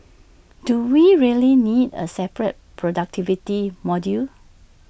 do we really need A separate productivity module